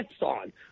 on